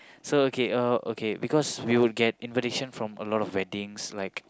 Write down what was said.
so okay uh okay because we will get invitation from a lot of weddings like